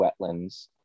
wetlands